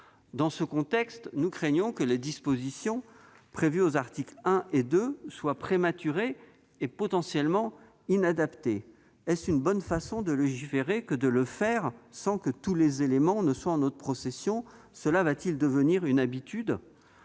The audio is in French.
Dans ce contexte, nous craignons que les dispositions prévues aux articles 1 et 2 ne soient prématurées et potentiellement inadaptées. Est-ce une bonne façon de légiférer que de le faire sans avoir tous les éléments en notre possession ? Cela va-t-il devenir une habitude ?